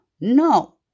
No